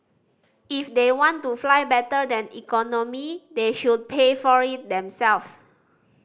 if they want to fly better than economy they should pay for it themselves